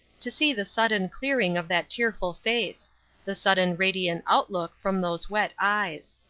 to see the sudden clearing of that tearful face the sudden radiant outlook from those wet eyes.